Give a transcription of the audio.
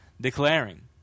declaring